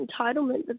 entitlement